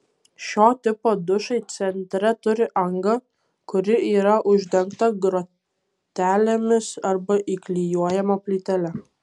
šio tipo dušai centre turi angą kuri yra uždengta grotelėmis arba įklijuojama plytele